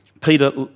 Peter